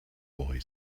boy